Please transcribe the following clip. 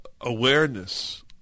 awareness